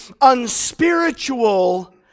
unspiritual